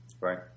Right